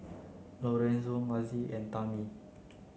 Lorenzo Mazie and Tammi